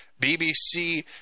BBC